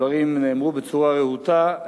הדברים נאמרו בצורה רהוטה,